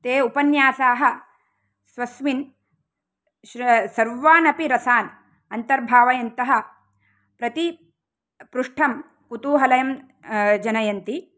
ते उपन्यासाः स्वस्मिन् सर्वाण् अपि रसान् अन्तर्भावयन्तः प्रतिपृष्ठं कुतुहलयं जनयन्ति